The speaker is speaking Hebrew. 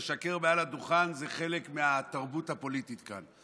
לשקר מעל הדוכן זה חלק מהתרבות הפוליטית כאן.